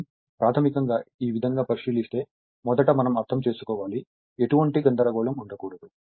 కాబట్టి ప్రాథమికంగా ఈ విధంగా పరిశీలిస్తే మొదట మనం అర్థం చేసుకోవాలి ఎటువంటి గందరగోళం ఉండకూడదు